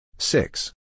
Six